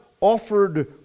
offered